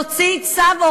להוציא צו,